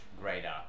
greater